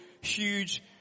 huge